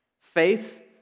Faith